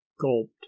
gulped